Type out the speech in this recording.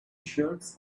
shirts